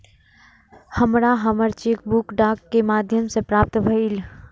हमरा हमर cheque book डाक के माध्यम से प्राप्त भईल